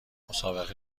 مسابقه